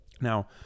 now